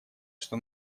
что